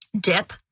dip